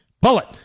bullet